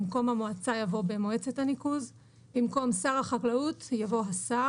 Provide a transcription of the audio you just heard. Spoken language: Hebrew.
במקום "במועצה" יבוא "במועצת הניקוז"; (ג)במקום "שר החקלאות" יבוא "השר"